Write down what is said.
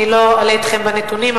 אני לא אלאה אתכם בנתונים,